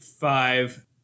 five